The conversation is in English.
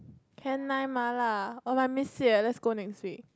Can Nine MaLa oh I miss it leh let's go next week